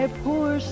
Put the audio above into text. poor